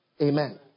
Amen